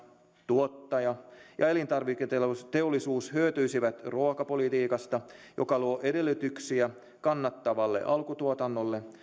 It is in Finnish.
tuottaja ja elintarviketeollisuus hyötyisivät ruokapolitiikasta joka luo edellytyksiä kannattavalle alkutuotannolle